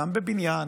גם בבניין,